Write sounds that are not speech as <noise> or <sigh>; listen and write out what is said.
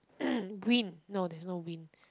<coughs> wind no there's no wind